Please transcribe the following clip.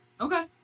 okay